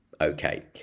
Okay